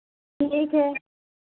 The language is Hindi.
ठीक है